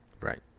Right